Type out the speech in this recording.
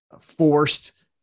forced